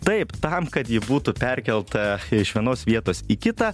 taip tam kad ji būtų perkelta iš vienos vietos į kitą